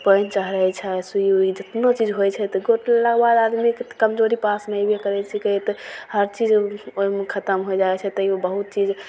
पानि चढ़य छै सुइ उइ जेतना चीज छै तऽ गोड़ टुटलाके बाद आदमीके तऽ कमजोरी पासमे अयबे करय छिकै तऽ हर चीज ओइमे ओइमे खतम होइ जाइ छै तइयो बहुत चीज